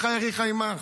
"וחי אחיך עמך",